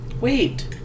Wait